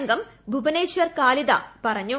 അംഗം ഭുബനേശ്വർ കാലിത പറഞ്ഞു